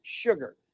sugar